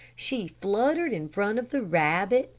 she fluttered in front of the rabbit,